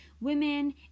women